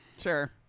Sure